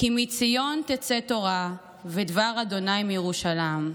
כי מציון תצא תורה ודבר ה' מירושלם,